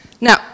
Now